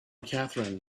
catherine